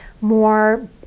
more